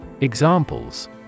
Examples